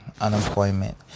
unemployment